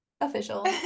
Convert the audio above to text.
official